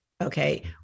Okay